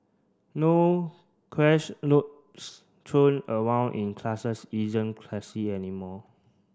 no crash notes thrown around in classes isn't classy anymore